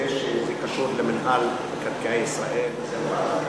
שזה קשור למינהל מקרקעי ישראל, שזה ועדת הכלכלה.